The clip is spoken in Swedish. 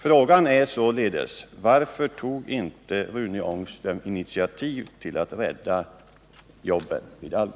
Frågan är således: Varför tog inte Rune Ångström initiativ till att rädda jobben vid Algots?